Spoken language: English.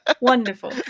wonderful